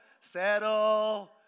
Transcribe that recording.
settle